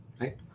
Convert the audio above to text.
right